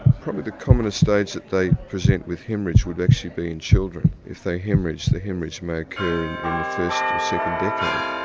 probably the commonest stage that they actually present with haemorrhage would actually be in children. if they haemorrhage, the haemorrhage may occur in in the first or second decade.